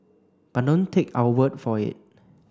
but don't take our word for it